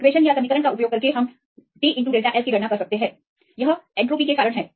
इन समीकरणों का उपयोग करके आप T डेल्टा S की गणना कर सकते हैं यह एन्ट्रापी के कारण है